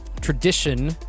tradition